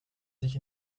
sich